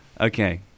Okay